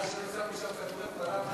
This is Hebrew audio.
ומזל שלא שמו שם כדורי פלאפל.